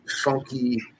funky